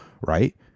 right